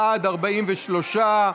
בעד, 43,